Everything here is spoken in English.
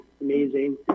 amazing